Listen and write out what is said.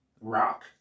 rock